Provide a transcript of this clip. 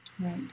Right